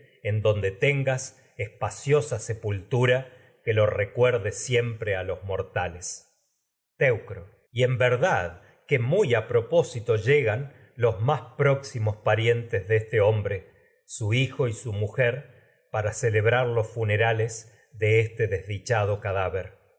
éste donde tenga espaciosa sepultura mortales lo recuerde siempre a los teucro los más y en verdad que muy a propósito llegan su próximos parientes de este hombre hijo y su mujer para cadáver celebrar los funerales aquí y de este desdichado